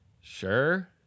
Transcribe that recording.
Sure